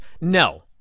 No